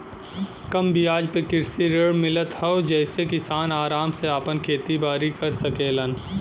कम बियाज पे कृषि ऋण मिलत हौ जेसे किसान आराम से आपन खेती बारी कर सकेलन